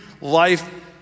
life